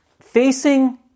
Facing